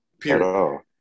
period